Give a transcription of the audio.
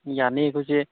ꯌꯥꯅꯤ ꯑꯩꯈꯣꯏꯁꯦ